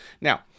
Now